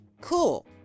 cool